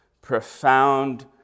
profound